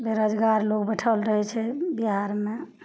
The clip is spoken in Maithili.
बेरोजगार लोक बैठल रहै छै बिहारमे